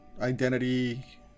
identity